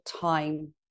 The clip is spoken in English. time